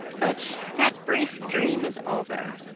but that brief dream is over.